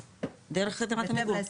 כן, דרך דירת עמיגור.